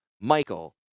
Michael